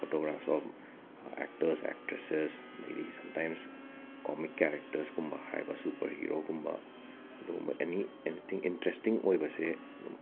photograph of actors actresses ꯑꯗꯩꯗꯤ sometimes comic ꯀꯦꯔꯦꯛꯇꯔꯁꯀꯨꯝꯕ ꯍꯥꯏꯕ ꯁꯨꯄꯔ ꯍꯤꯔꯣꯒꯨꯝꯕ ꯑꯗꯨꯒꯨꯝꯕ ꯑꯦꯅꯤ ꯑꯦꯅꯤꯊꯤꯡ ꯏꯟꯇꯔꯦꯁꯇꯤꯡ ꯑꯣꯏꯕꯁꯦ ꯑꯗꯨꯝ